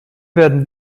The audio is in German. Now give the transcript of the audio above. werden